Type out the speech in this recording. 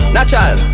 Natural